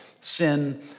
sin